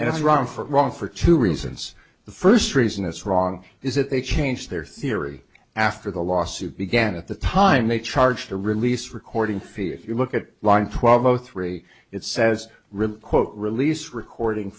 and it's wrong for wrong for two reasons the first reason it's wrong is that they change their theory after the lawsuit began at the time they charge the release recording fee if you look at line twelve o three it says requote release recording